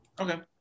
Okay